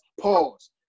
Pause